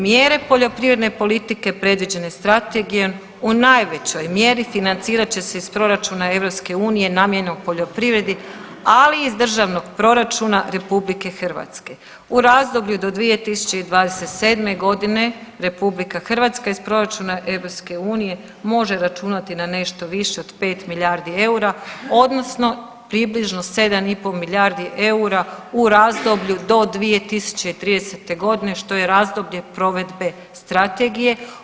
Mjere poljoprivredne politike predviđene strategijom u najvećoj mjeri financirat će se iz proračuna EU namijenjenog poljoprivredi, ali iz državnog proračuna RH u razdoblju do 2027.g. RH iz proračuna EU može računati na nešto više od pet milijardi eura odnosno približno 7,5 milijardi eura u razdoblju do 2030.g. što je razdoblje provedbe strategije.